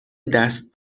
دست